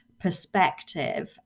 perspective